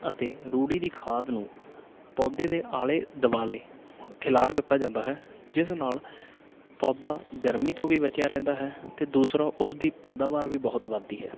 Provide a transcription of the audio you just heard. ਅਤੇ ਰੂੜੀ ਦੀ ਖਾਦ ਨੂੰ ਪੌਦੇ ਦੇ ਆਲੇ ਦੁਆਲੇ ਖਿਲਾਰ ਦਿੱਤਾ ਜਾਂਦਾ ਹੈ ਜਿਸ ਨਾਲ ਪੌਦਾ ਗਰਮੀ ਤੋਂ ਵੀ ਬਚਿਆ ਰਹਿੰਦਾ ਹੈ ਅਤੇ ਦੂਸਰਾ ਉਸਦੀ ਪੈਦਾਵਾਰ ਵੀ ਬਹੁਤ ਵੱਧਦੀ ਹੈ